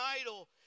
idol